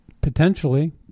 potentially